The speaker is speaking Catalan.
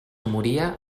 moria